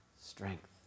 strength